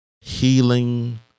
healing